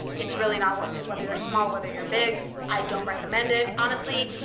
it's really not worth it. whether you're small, whether you're big, i don't recommend it. honestly,